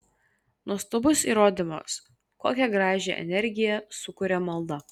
nuostabus įrodymas kokią gražią energiją sukuria malda